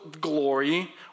glory